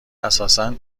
اساسا